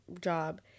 job